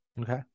Okay